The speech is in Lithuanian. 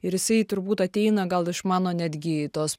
ir jisai turbūt ateina gal iš mano netgi tos